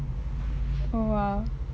oh !wow!